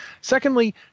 Secondly